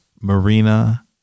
Marina